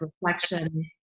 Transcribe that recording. reflection